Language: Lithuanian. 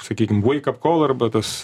sakykim vai kap kol arba tas